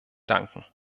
danken